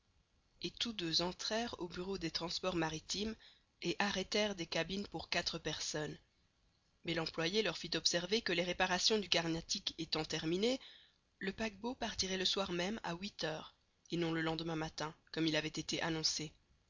et tous deux entrèrent au bureau des transports maritimes et arrêtèrent des cabines pour quatre personnes mais l'employé leur fit observer que les réparations du carnatic étant terminées le paquebot partirait le soir même à huit heures et non le lendemain matin comme il avait été annoncé